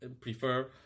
prefer